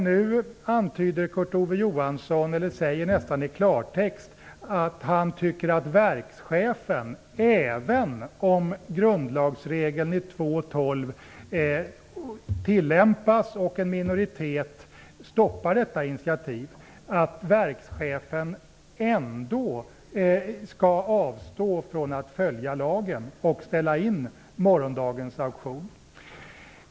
Nu antyder Kurt Ove Johansson, eller säger nästan i klartext, att han tycker att verkschefen, även om grundlagsregeln i RF 2:12 tillämpas och en minoritet stoppar detta initiativ, ändå skall avstå från att följa lagen och ställa in morgondagens auktion.